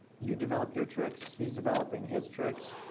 you develop your tricks. he's developing his tricks.